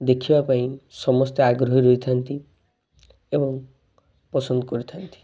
ଦେଖିବା ପାଇଁ ସମସ୍ତେ ଆଗ୍ରହୀ ରହିଥାନ୍ତି ଏବଂ ପସନ୍ଦ କରିଥାନ୍ତି